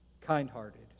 kind-hearted